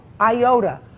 iota